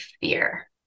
fear